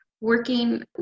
working